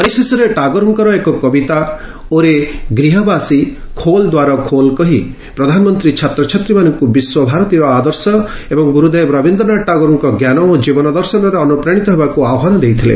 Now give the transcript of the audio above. ପରିଶେଷରେ ଟାଗୋରଙ୍କର ଏକ କବିତା ଓରେ ଗ୍ରୀହବାସୀ ଖୋଲ୍ ଦ୍ଧାର୍ ଖୋଲ୍ କହି ପ୍ରଧାନମନ୍ତ୍ରୀ ଛାତ୍ରଛାତ୍ରୀମାନଙ୍କୁ ବିଶ୍ୱ ଭାରତୀର ଆଦର୍ଶ ଏବଂ ଗୁରୁଦେବ ରବିନ୍ଦ୍ରନାଥ ଟାଗୋରଙ୍କ ଞ୍ଜାନ ଓ ଜୀବନଦର୍ଶନରେ ଅନୁପ୍ରାଣିତ ହେବାକୁ ଆହ୍ୱାନ ଦେଇଥିଲେ